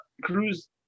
Cruz